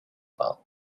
file